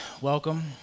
welcome